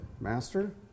master